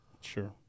Sure